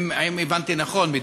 האם הבנתי נכון מדבריך?